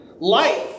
Life